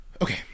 Okay